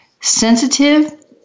Sensitive